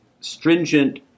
stringent